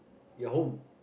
your home